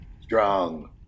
Strong